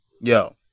yo